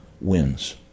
wins